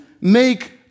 make